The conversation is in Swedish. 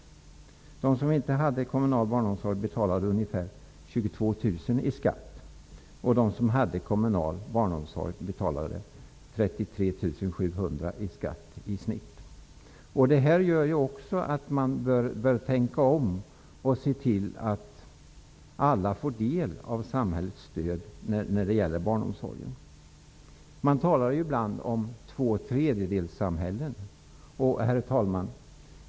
De som inte hade kommunal barnomsorg betalade ungefär 22 000 i skatt. De som hade kommunal barnomsorg betalade i snitt 33 700 i skatt. Detta gör också att man bör tänka om och se till att alla får del av samhällets stöd när det gäller barnomsorgen. Herr talman! Man talar ibland om tvåtredjedelssamhället.